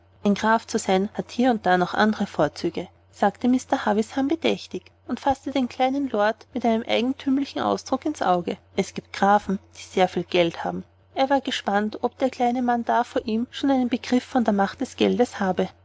ein graf zu sein hat hier und da noch andre vorzüge sagte mr havisham bedächtig und faßte den kleinen lord mit einem eigentümlichen ausdruck ins auge es gibt grafen die sehr viel geld haben er war gespannt ob der kleine mann da vor ihm schon einen begriff von der macht des geldes habe